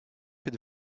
had